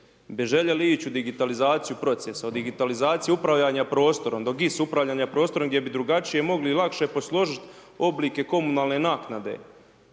željeli ići u digitalizaciju procesa, u digitalizaciju upravljanja prostorom, do GIS upravljanja prostorom gdje bi drugačije mogli i lakše posložiti oblike komunalne naknade,